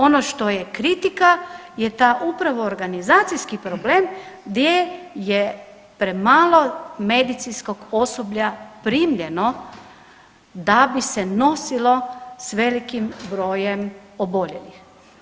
Ono što je kritika je ta upravo organizacijski problem gdje je premalo medicinskog osoblja primljeno da bi se nosilo s velikim brojem oboljelih.